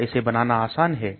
क्या इसे बनाना आसान है